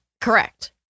Correct